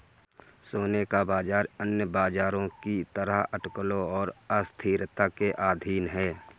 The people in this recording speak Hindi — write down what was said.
सोने का बाजार अन्य बाजारों की तरह अटकलों और अस्थिरता के अधीन है